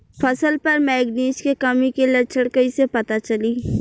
फसल पर मैगनीज के कमी के लक्षण कईसे पता चली?